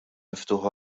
miftuħa